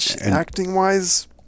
Acting-wise